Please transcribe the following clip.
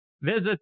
Visit